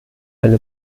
eine